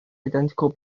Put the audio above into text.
identical